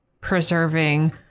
preserving